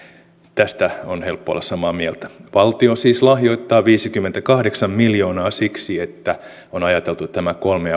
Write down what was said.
tästä on helppo olla samaa mieltä valtio siis lahjoittaa viisikymmentäkahdeksan miljoonaa siksi että on ajateltu että tämä kolmen